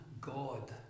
God